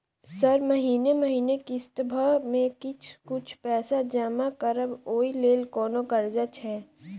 Sir महीने महीने किस्तसभ मे किछ कुछ पैसा जमा करब ओई लेल कोनो कर्जा छैय?